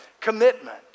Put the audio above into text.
Commitment